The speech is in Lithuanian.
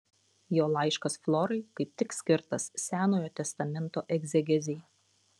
jo laiškas florai kaip tik skirtas senojo testamento egzegezei